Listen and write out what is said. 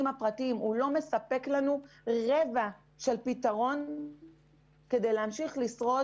הפרטיים ואינו מספק לנו רבע של פתרון כדי להמשיך לשרוד.